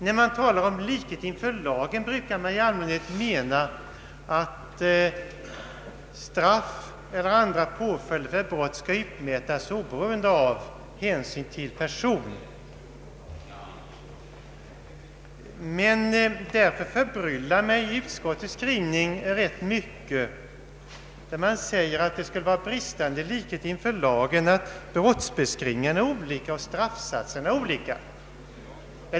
När man talar om likhet inför lagen, brukar man i allmänhet mena att straff eller andra påföljder av ett brott skall utmätas oberoende av hänsyn till person. Därför förbryllar mig utskottets skrivning rätt mycket, när det sägs att det skulle vara bristande likhet inför lagen att brottsbeskrivningarna är olika och att straffsatserna är olika.